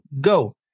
go